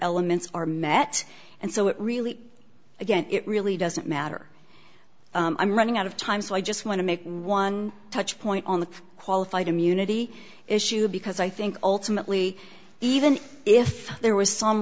elements are met and so it really again it really doesn't matter i'm running out of time so i just want to make one touch point on the qualified immunity issue because i think ultimately even if there was some